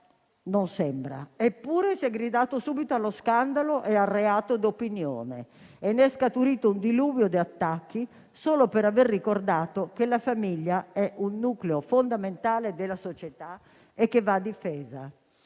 non sembra. Eppure si è gridato subito allo scandalo e al reato d'opinione e ne è scaturito un diluvio di attacchi, solo per aver ricordato che la famiglia è un nucleo fondamentale della società e che va difesa.